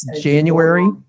January